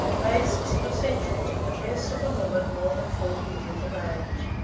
lace is an essential to the dress of a woman more than forty years of age.